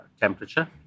temperature